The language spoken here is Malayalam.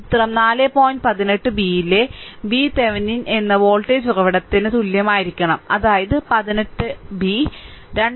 18 b യിലെ VTheveni എന്ന വോൾട്ടേജ് ഉറവിടത്തിന് തുല്യമായിരിക്കണം അതായത് 18 b